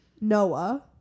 Noah